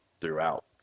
throughout